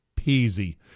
peasy